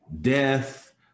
death